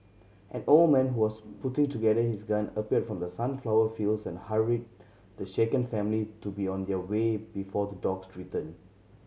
an old man who was putting together his gun appeared from the sunflower fields and hurried the shaken family to be on their way before the dogs return